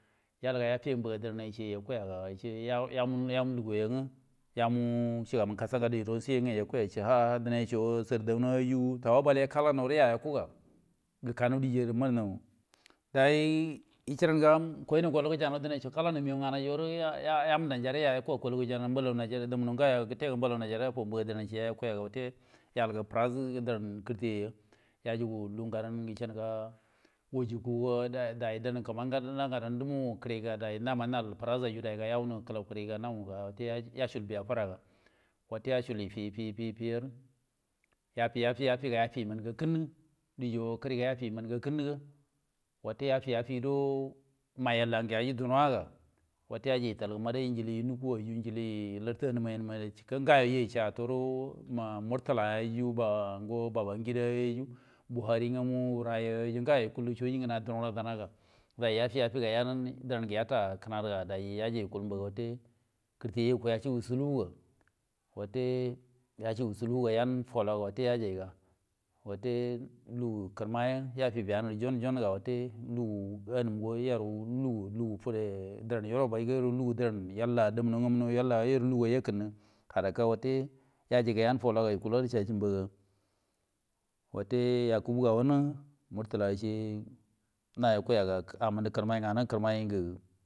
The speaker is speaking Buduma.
Yeh yamun yamu lugon yamun shugaban kasa ngade ironsiyen yaku yace ha dinai co ro sardauna yu tafabelewa yu, kalanaru yakkuwa ge kanu diyyarun ga wanu nge mego nganu ri yanu danja re yayakkuga dammuno kettea, mego nyayo dammunoi najeriya afabua yen damno mukai najeriya yen yal ge frange diran kirtiyu yani yojugu lugu ngadan caniga ojukwu nge danku magan ngadan dumu kirgi ga wugu frane nga yugu kulai kirigi wute nau ga wute biyafra ga a cul fi fi ngrim nge yafi yafimun kakkin wo kirigo yefenni yiman kakkinwo wote yefi yafigudo mai yallange yaji dunange a yaji yebe ge yinugoi yu larti anun anun ngayo murtelay u ngo babangida yo ye buhari ngamu wura ye yu ngayo wukula soji nge natimai gewo ya yan diran yatta a kina harga yaci yukul mbaga wute kirti yikoi ya silbu wute yojigu nge sulguwa wute lugu kirmai yo yafiti gan zone zone nga anum ma yuru lugu lugu fude dan yerobai, yeru lugu diran yella yella garu ikiman ni wute yajigi yan hologa yajige mba ga wute yakubu gawon no yo yu murtala gen nayaku gen.